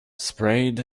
sprayed